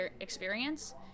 experience